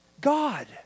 god